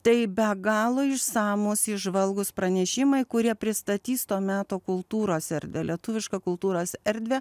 tai be galo išsamūs įžvalgūs pranešimai kurie pristatys to meto kultūros erdvę lietuvišką kultūros erdvę